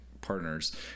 partner's